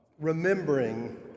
remembering